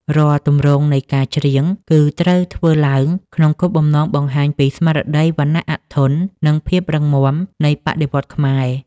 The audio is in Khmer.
រាល់ទម្រង់នៃការច្រៀង គឺត្រូវធ្វើឡើងក្នុងគោលបំណងបង្ហាញពីស្មារតីវណ្ណៈអធន និងភាពរឹងមាំនៃបដិវត្តន៍ខ្មែរ។